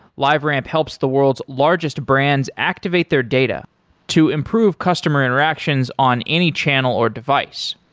liveramp helps the world's largest brands activate their data to improve customer interactions on any channel or device.